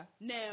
Now